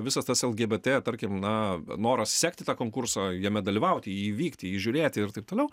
visas tas lgbt tarkim na noras sekti tą konkursą jame dalyvauti į jį vykti į jį žiūrėti ir taip toliau